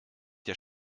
der